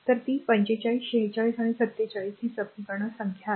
तर ती 45 46 आणि 47 ही समीकरण संख्या आहे